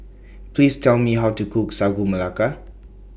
Please Tell Me How to Cook Sagu Melaka